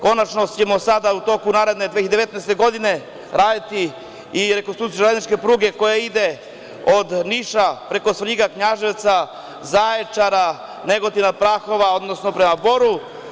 Konačno ćemo sada u toku naredne 2019. godine raditi i rekonstrukciju železničke pruge koja ide od Niša, preko Svrljiga, Knjaževca, Zaječara, Negotina, Prahova, odnosno prema Boru.